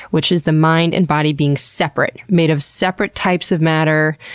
which is the mind and body being separate made of separate types of matter,